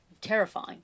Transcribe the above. Terrifying